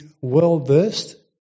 well-versed